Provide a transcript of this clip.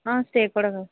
stay కూడా